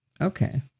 Okay